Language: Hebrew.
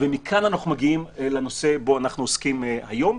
ומכאן אנחנו מגיעים לנושא שבו אנחנו עוסקים היום.